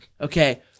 Okay